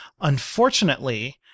Unfortunately